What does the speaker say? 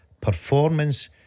performance